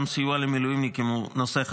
גם סיוע למילואימניקים הוא נושא חשוב.